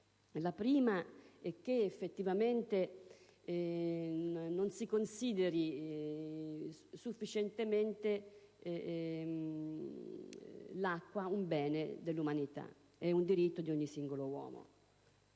La prima è che non si consideri sufficientemente l'acqua un bene dell'umanità ed un diritto di ogni singolo uomo.